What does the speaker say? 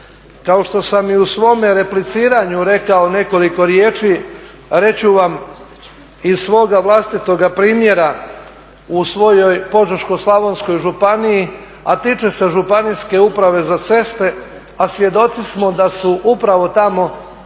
Kao što sam i u svome repliciranju rekao nekoliko riječi, reći ću vam iz svoga vlastitoga primjera u svojoj Požeško-slavonskoj županiji, a tiče se županijske uprave za ceste, a svjedoci smo da su upravo tamo